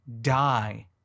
die